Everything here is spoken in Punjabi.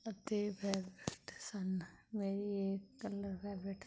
ਅਤੇ ਫੇਵਰਟ ਸਨ ਮੇਰੀ ਇਹ ਕਲਰ ਫੇਵਰਟ